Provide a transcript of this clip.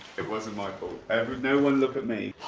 it wasn't my fault. no one look at me.